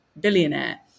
billionaire